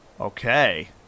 Okay